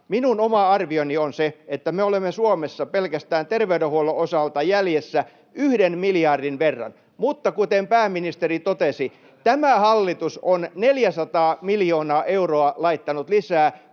Minun oma arvioni on se, että me olemme Suomessa pelkästään terveydenhuollon osalta jäljessä yhden miljardin verran, [Timo Heinonen: Se on pieni raha tälle hallitukselle!] mutta kuten pääministeri totesi, tämä hallitus on 400 miljoonaa euroa laittanut lisää,